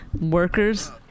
Workers